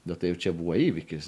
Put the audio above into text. bet tai jau čia buvo įvykis